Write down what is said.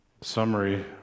Summary